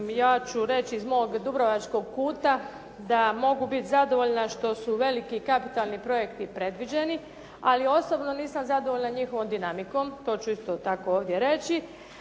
ja ću reći iz mog dubrovačkog kuta, da mogu biti zadovoljna što su veliki kapitalni projekti predviđeni, ali osobno nisam zadovoljna njihovom dinamikom. To ću isto tako ovdje reći.